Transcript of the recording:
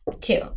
two